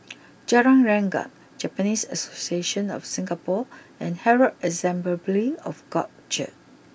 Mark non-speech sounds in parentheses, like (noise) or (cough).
Jalan Rengkam Japanese Association of Singapore and Herald Assemble (unintelligible) of God Church